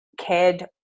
cared